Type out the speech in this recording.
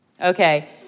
Okay